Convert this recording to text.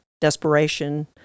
desperation